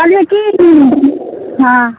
कहलियै की जे हँ